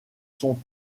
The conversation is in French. sont